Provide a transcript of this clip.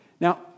Now